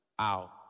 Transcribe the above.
ow